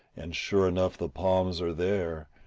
and sure enough the palms are there,